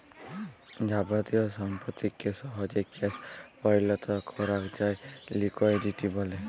যাবতীয় সম্পত্তিকে সহজে ক্যাশ পরিলত করাক যায় লিকুইডিটি ব্যলে